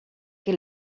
que